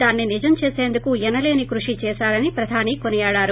దాన్ని నిజం చేసేందుకు ఎన లేని కృషి చేశారని ప్రధాని కొనియాడారు